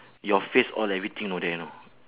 your face all everything all there you know